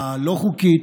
הלא-חוקית,